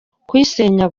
kuyisenya